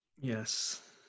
Yes